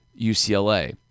UCLA